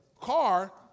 car